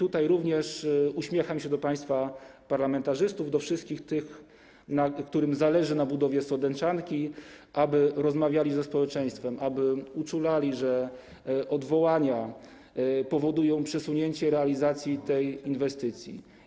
Uśmiecham się tu do państwa parlamentarzystów, do wszystkich tych, którym zależy na budowie sądeczanki, aby rozmawiali państwo ze społeczeństwem i uczulali, że odwołania powodują przesunięcie realizacji tej inwestycji.